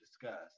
discuss